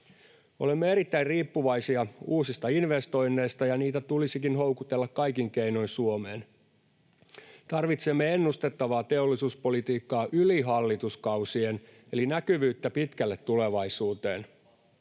Olemme erittäin riippuvaisia uusista investoinneista, ja niitä tulisikin houkutella kaikin keinoin Suomeen. Tarvitsemme ennustettavaa teollisuuspolitiikkaa yli hallituskausien eli näkyvyyttä pitkälle tulevaisuuteen.